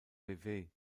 vevey